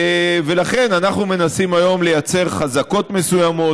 ולכן אנחנו מנסים היום לייצר חזקות מסוימות,